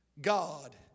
God